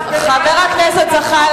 "ראס בין ענכ" יחזור.